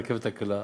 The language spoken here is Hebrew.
את הרכבת הקלה.